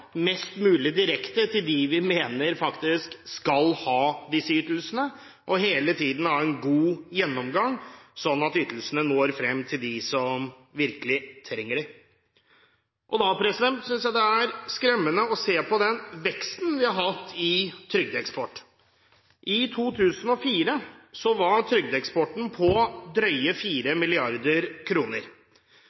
mest mulig direkte mot dem vi faktisk mener skal ha disse ytelsene, og hele tiden ha en god gjennomgang, slik at ytelsene når frem til dem som virkelig trenger dem. Jeg synes det er skremmende å se på den veksten vi har hatt i trygdeeksport. I 2004 var trygdeeksporten på drøye